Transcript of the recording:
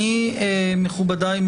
מכובדיי,